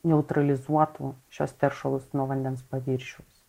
neutralizuotų šiuos teršalus nuo vandens paviršiaus